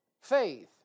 Faith